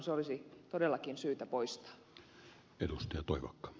se olisi todellakin syytä poistaa